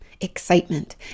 excitement